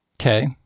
Okay